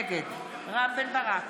נגד רם בן ברק,